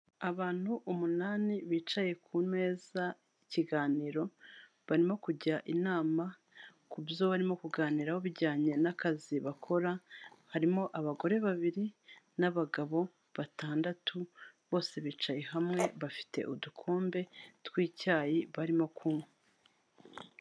Abantu umunani bicaye ku meza y'ikiganiro, barimo kujya inama kubyo barimo kuganiraho bijyanye n'akazi bakora, harimo abagore babiri n'abagabo batandatu bose bicaye hamwe, bafite udukombe tw'icyayi barimo kunywa.